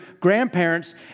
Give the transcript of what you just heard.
grandparents